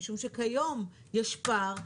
משום שכיום יש פער,